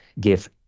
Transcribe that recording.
give